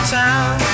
town